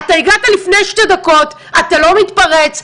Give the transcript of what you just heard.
אתה הגעת לפני שתי דקות, אתה לא מתפרץ.